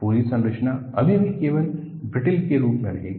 पूरी संरचना अभी भी केवल ब्रिटल के रूप में रहेगी